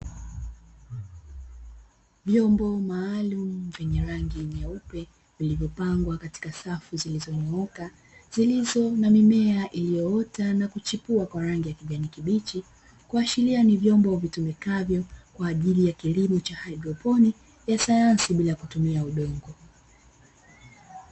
Vyombo maalumu vyenye rangi nyeupe, vilivyo pangwa katika safu zilizonyooka zilizo na mimea iliyoota na kuchipua kwa rangi ya kijani kibichi, kuashiria ni vyombo vitumikavyo kwa ajili ya kilimo cha haidroponi ya sayansi bila kutumia udongo.